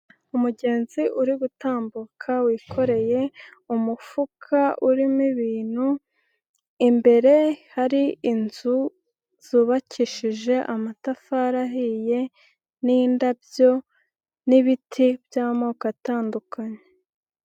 Umugenzi uri gutambuka wikoreye umufuka urimo ibintu, imbere hari inzu zubakishije amatafari ahiye n'indabyo n'ibiti by'amoko atandukanye.